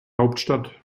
hauptstadt